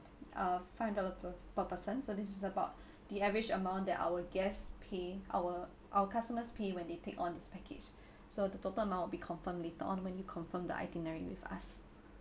uh five hundred dollar pers~ per person so this is about the average amount that our guests pay our our customers pay when they take on this package so the total amount will be confirmed later on when you confirm the itinerary with us